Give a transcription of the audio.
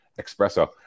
espresso